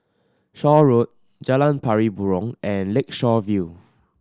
Shaw Road Jalan Pari Burong and Lakeshore View